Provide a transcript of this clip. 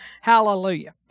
hallelujah